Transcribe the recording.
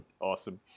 awesome